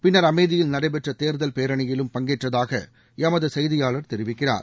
பிள்னர் அமேதியில் நடைபெற்ற தேர்தல் பேரணியிலும் பங்கேற்றதாக எமது செய்தியாளர் தெரிவிக்கிறார்